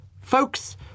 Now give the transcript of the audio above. Folks